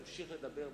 תמשיך לדבר,